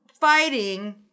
fighting